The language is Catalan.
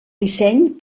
disseny